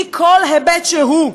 מכל היבט שהוא.